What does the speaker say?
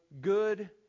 good